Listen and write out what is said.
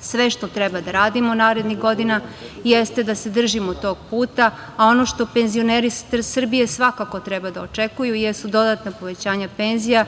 Sve što treba da radimo narednih godina jeste da se držimo tog puta, a ono što penzioneri Srbije svakako treba da očekuju jesu dodatna povećanja penzija